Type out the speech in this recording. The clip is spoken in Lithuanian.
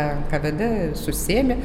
nkvd susėmė